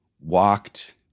walked